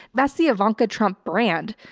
that's the ivanka trump brand.